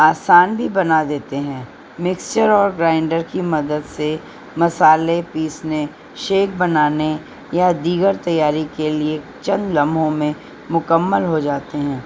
آسان بھی بنا دیتے ہیں مکسچر اور گرائنڈر کی مدد سے مسالحے پیسنے شیک بنانے یا دیگر تیاری کے لیے چند لمحوں میں مکمل ہو جاتے ہیں